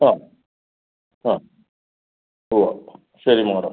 ആ ആ പോകാം ശരി മാഡം